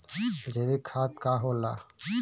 जैवीक खाद का होला?